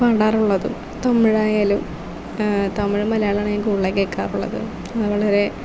പാടാറുള്ളതും തമിഴായാലും തമിഴും മലയാളവുമാണ് ഞാൻ കൂടുതൽ കേൾക്കാറുള്ളത് അത് വളരെ